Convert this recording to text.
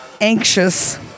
anxious